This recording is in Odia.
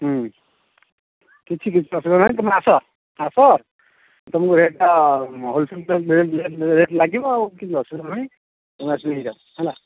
ହୁଁ କିଛି କିଛି ଅସୁବିଧା ନାହିଁ ତୁମେ ଆସ ଆସ ତମକୁ ରେଟ୍ଟା ହୋଲସେଲ୍ ପ୍ରାଇସ୍ରେ ରେଟ୍ ଲାଗିବ ଆଉ କିଛି ଅସୁବିଧା ନାହିଁ ତୁମେ ଆସି ନେଇଯାଅ ହେଲା